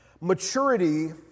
Maturity